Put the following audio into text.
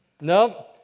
No